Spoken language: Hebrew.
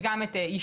יש גם להבין,